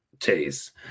Taste